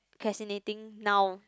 ~crastinating now